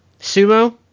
sumo